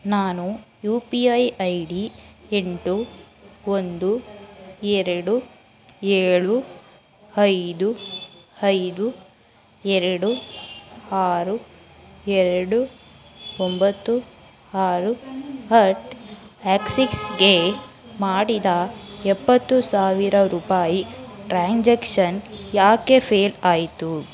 ನಾನು U P I I D ಎಂಟು ಒಂದು ಎರಡು ಏಳು ಐದು ಐದು ಎರಡು ಆರು ಎರಡು ಒಂಬತ್ತು ಆರು ಅಟ್ ಆ್ಯಕ್ಸಿಸ್ಗೆ ಮಾಡಿದ ಎಪ್ಪತ್ತು ಸಾವಿರ ರೂಪಾಯಿ ಟ್ರ್ಯಾನ್ಸಾಕ್ಷನ್ ಯಾಕೆ ಫೇಲ್ ಆಯಿತು